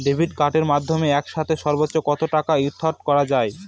Debit কার্ডের মাধ্যমে একসাথে সর্ব্বোচ্চ কত টাকা উইথড্র করা য়ায়?